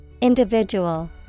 Individual